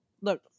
Look